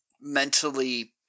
mentally